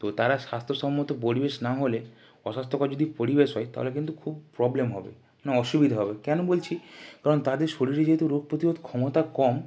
তো তারা স্বাস্থ্যসম্মত পরিবেশ না হলে অস্বাস্থ্যকর যদি পরিবেশ হয় তাহলে কিন্তু খুব প্রবলেম হবে মানে অসুবিধা হবে কেন বলছি কারণ তাদের শরীরে যেহেতু রোগ প্রতিরোধ ক্ষমতা কম